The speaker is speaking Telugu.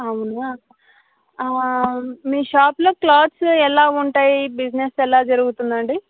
అవును మీ షాప్లో క్లాత్స్ ఎలా ఉంటాయి బిజినెస్ ఎలా జరుగుతుందండి